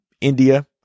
India